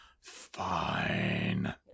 Fine